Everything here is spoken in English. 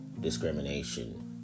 discrimination